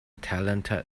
talented